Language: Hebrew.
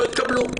לא התקבלו.